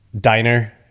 Diner